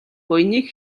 буяныг